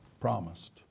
promised